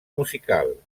musical